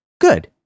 Good